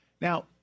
Now